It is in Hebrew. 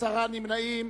עשרה נמנעים.